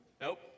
Nope